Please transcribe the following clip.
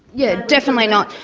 yes, definitely not.